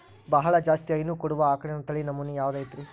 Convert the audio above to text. ಬಹಳ ಜಾಸ್ತಿ ಹೈನು ಕೊಡುವ ಆಕಳಿನ ತಳಿ ನಮೂನೆ ಯಾವ್ದ ಐತ್ರಿ?